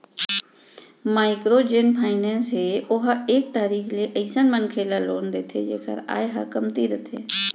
micro जेन finance हे ओहा एक तरीका ले अइसन मनखे ल लोन देथे जेखर आय ह कमती रहिथे